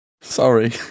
Sorry